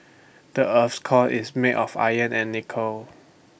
the Earth's core is made of iron and nickel